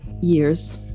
years